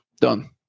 Done